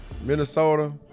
Minnesota